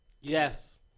Yes